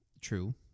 True